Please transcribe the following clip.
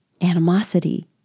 animosity